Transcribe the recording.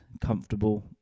comfortable